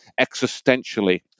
existentially